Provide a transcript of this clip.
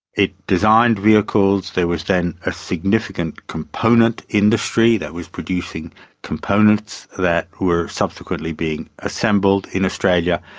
it designed vehicles. there was then a significant component industry that was producing components that were subsequently being assembled in australia.